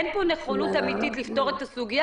אין פה נכונות אמיתית לפתור את הסוגיה.